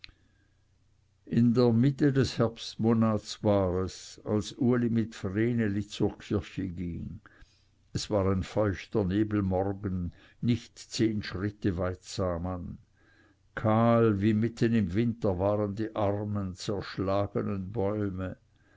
in der mitte des herbstmonats war es als uli mit vreneli zur kirche ging es war ein feuchter nebelmorgen nicht zehn schritte weit sah man kahl wie mitten im winter waren die armen zerschlagenen bäume